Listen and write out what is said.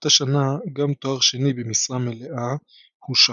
באותה שנה, גם תואר שני במשרה מלאה הושק,